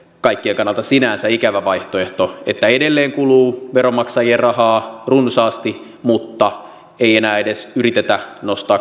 kaikkien kannalta sinänsä ikävä vaihtoehto että edelleen kuluu veronmaksajien rahaa runsaasti mutta ei enää edes yritetä nostaa